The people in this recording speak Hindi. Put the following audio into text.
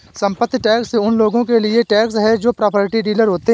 संपत्ति टैक्स उन लोगों के लिए टैक्स है जो प्रॉपर्टी डीलर होते हैं